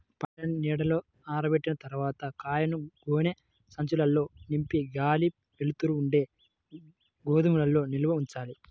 పంటని నీడలో ఆరబెట్టిన తర్వాత కాయలను గోనె సంచుల్లో నింపి గాలి, వెలుతురు ఉండే గోదాముల్లో నిల్వ ఉంచాలి